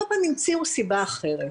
כל פעם המציאו סיבה אחרת.